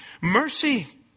mercy